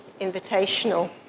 invitational